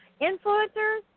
influencers